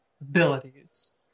abilities